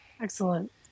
Excellent